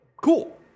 Cool